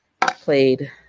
played